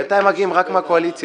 בינתיים מגיעים רק מהקואליציה.